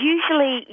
Usually